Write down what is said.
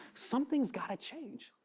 something's got to change.